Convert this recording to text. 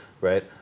right